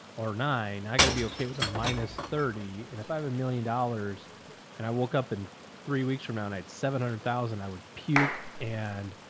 or nine, i gotta be okay with a minus thirty and if i have a million dollars and i woke up and three weeks from now and i had seven hundred thousand, i would puke,